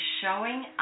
showing